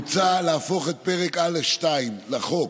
מוצע להפוך את פרק א'2 לחוק,